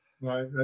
right